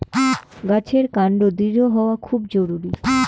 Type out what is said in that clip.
গাছের কান্ড দৃঢ় হওয়া খুব জরুরি